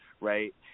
Right